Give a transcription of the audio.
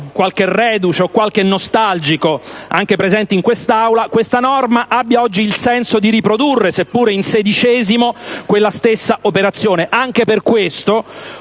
qualche reduce o qualche nostalgico, anche presente in quest'Aula, questa norma abbia il senso di riprodurre, seppure in sedicesimo, quella stessa operazione. Anche per questo,